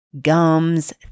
gums